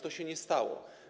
Tak się nie stało.